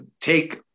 take